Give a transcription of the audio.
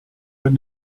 but